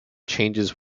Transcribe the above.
changes